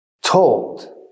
told